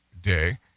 Day